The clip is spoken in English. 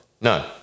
No